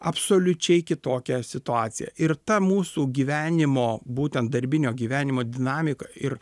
absoliučiai kitokia situacija ir ta mūsų gyvenimo būtent darbinio gyvenimo dinamika ir